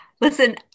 listen